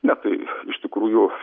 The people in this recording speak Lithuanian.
ne tai iš tikrųjų